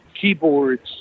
keyboards